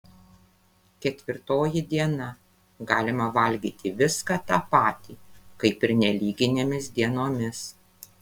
ketvirtoji diena galima valgyti viską tą patį kaip ir nelyginėmis dienomis